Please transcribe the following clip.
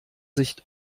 sich